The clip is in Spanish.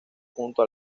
junto